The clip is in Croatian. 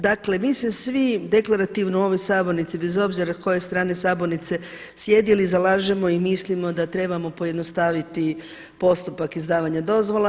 Dakle, mi se svi deklarativno u ovoj sabornici bez obzira koje strane sabornice sjedili zalažemo i mislimo da trebamo pojednostaviti postupak izdavanja dozvola.